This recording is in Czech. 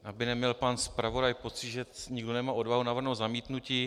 Tak aby neměl pan zpravodaj pocit, že nikdo nemá odvahu navrhnout zamítnutí...